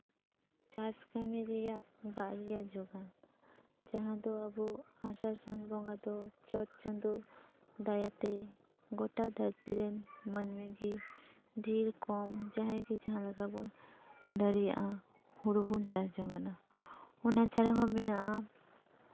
ᱪᱟᱥ ᱠᱟᱹᱢᱤ ᱨᱮᱭᱟᱜ ᱫᱟᱜ ᱨᱮᱭᱟᱜ ᱡᱳᱜᱟᱱ ᱡᱟᱦᱟᱸ ᱫᱚ ᱟᱵᱚ ᱟᱥᱟᱲ ᱥᱟᱱ ᱵᱚᱸᱜᱟ ᱫᱚ ᱪᱚᱴ ᱪᱟᱸᱫᱳ ᱫᱟᱭᱟᱛᱮ ᱜᱳᱴᱟ ᱫᱷᱟᱹᱨᱛᱤ ᱨᱮᱱ ᱢᱟᱹᱱᱢᱤ ᱜᱮ ᱰᱷᱮᱨ ᱠᱚᱢ ᱡᱟᱦᱟᱸᱭ ᱜᱮ ᱡᱟᱦᱟᱸ ᱞᱮᱠᱟ ᱵᱚᱱ ᱫᱟᱲᱮᱭᱟᱜᱼᱟ ᱦᱩᱲᱩ ᱵᱚᱱ ᱪᱟᱥ ᱡᱚᱝ ᱟᱱᱟ ᱚᱱᱟ ᱪᱷᱟᱲᱟ ᱦᱚᱸ ᱢᱮᱱᱟᱜᱼᱟ